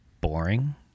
boring